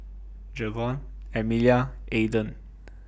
Jevon Emilia Aydan